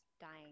dying